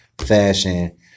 fashion